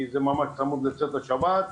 כי זה ממש צמוד לצאת השבת.